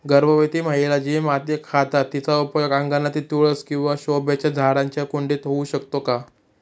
गर्भवती महिला जी माती खातात तिचा उपयोग अंगणातील तुळस किंवा शोभेच्या झाडांच्या कुंडीत होऊ शकतो का?